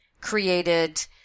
created